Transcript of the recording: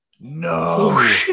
No